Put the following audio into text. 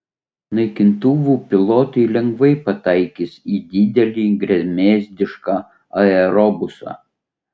naikintuvų pilotai lengvai pataikys į didelį gremėzdišką aerobusą